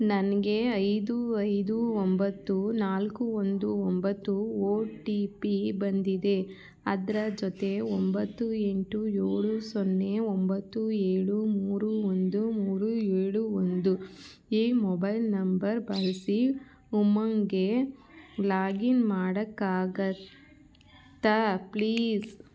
ನನಗೆ ಐದು ಐದು ಒಂಬತ್ತು ನಾಲ್ಕು ಒಂದು ಒಂಬತ್ತು ಓ ಟಿ ಪಿ ಬಂದಿದೆ ಅದರ ಜೊತೆ ಒಂಬತ್ತು ಎಂಟು ಏಳು ಸೊನ್ನೆ ಒಂಬತ್ತು ಏಳು ಮೂರು ಒಂದು ಮೂರು ಏಳು ಒಂದು ಈ ಮೊಬೈಲ್ ನಂಬರ್ ಬಳಸಿ ಉಮಂಗ್ಗೆ ಲಾಗಿನ್ ಮಾಡಕ್ಕಾಗುತ್ತಾ ಪ್ಲೀಸ್